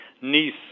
niece